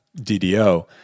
DDO